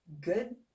good